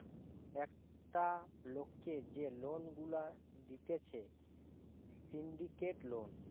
একটা লোককে যে লোন গুলা দিতেছে সিন্ডিকেট লোন